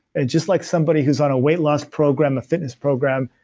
and just like somebody who's on a weight loss program a fitness program,